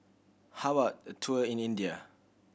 how about a tour in India